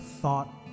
thought